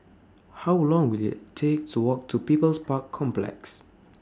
How Long Will IT Take to Walk to People's Park Complex